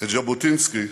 את ז'בוטינסקי,